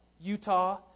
Utah